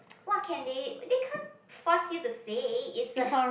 what can they they can't force you to say it's a